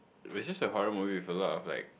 were just the horror movie with a lot of like